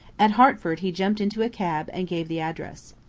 at hertford he jumped into a cab and gave the address.